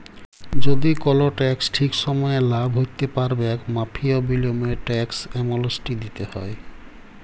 যদি কল টেকস ঠিক সময়ে লা ভ্যরতে প্যারবেক মাফীর বিলীময়ে টেকস এমলেসটি দ্যিতে হ্যয়